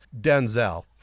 Denzel